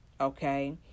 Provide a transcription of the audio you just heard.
okay